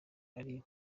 ari